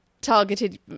targeted